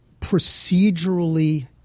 procedurally